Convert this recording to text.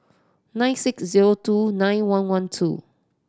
nine six zero two nine one one two